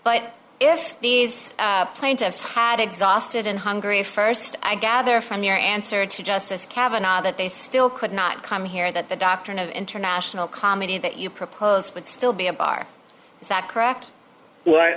but if these plaintiffs had exhausted and hungry at st i gather from your answer to justice kavanagh that they still could not come here that the doctrine of international comedy that you propose would still be a bar is that